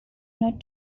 not